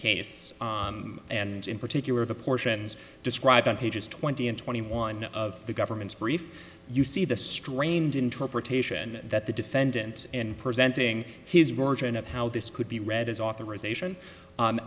case and in particular the portions described on pages twenty and twenty one of the government's brief you see the strained interpretation that the defendant in presenting his version of how this could be read is authorization